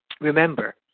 Remember